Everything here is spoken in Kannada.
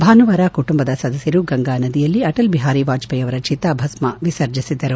ಭಾನುವಾರ ಕುಟುಂಬದ ಸದಸ್ನರು ಗಂಗಾನದಿಯಲ್ಲಿ ಅಟಲ್ ಬಿಹಾರಿ ವಾಜಪೇಯಿ ಚಿತಾ ಭಸ್ನವನ್ನು ವಿಸರ್ಜಿಸಿದ್ದರು